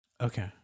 Okay